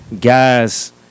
guys